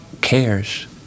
cares